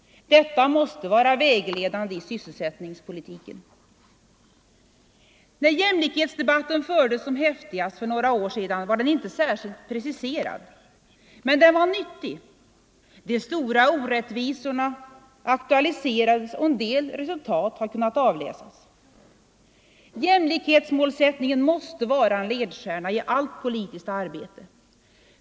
Detta måste vara vägledande i sysselsättningspolitiken. När jämlikhetsdebatten fördes som häftigast för några år sedan var den inte särskilt preciserad. Men den var nyttig. De stora orättvisorna aktualiserades och en del resultat har kunnat avläsas. Jämlikhetsmålsättningen måste vara en ledstjärna i allt politiskt arbete.